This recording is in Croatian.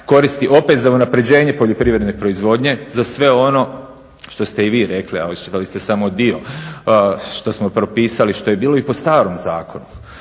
koristi opet za unapređenje poljoprivredne proizvodnje za sve ono što ste i vi rekli, a iščitali ste samo dio, što smo propisali što je bilo i po starom zakonu